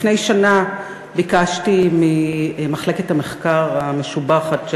לפני שנה ביקשתי ממחלקת המחקר המשובחת של